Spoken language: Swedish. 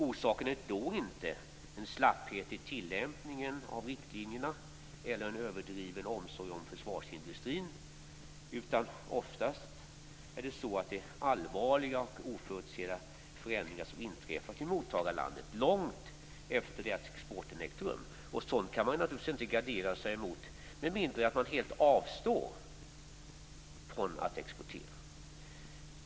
Orsaken är då inte en slapphet i tillämpningen av riktlinjerna eller en överdriven omsorg om försvarsindustrin. Oftast är det allvarliga och oförutsedda förändringar som inträffat i mottagarlandet långt efter det att exporten ägt rum. Sådant kan man naturligtvis inte gardera sig mot med mindre än att man helt avstår från att exportera.